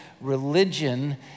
religion